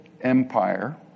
empire